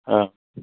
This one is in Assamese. অ